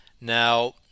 Now